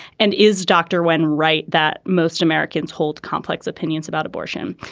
and is dr. wen right that most americans hold complex opinions about abortion.